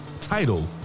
title